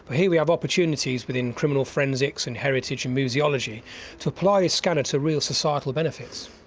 here we have opportunities within criminal forensics and heritage and museology to apply a scanner to real societal benefits.